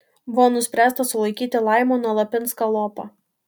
buvo nuspręsta sulaikyti laimoną lapinską lopą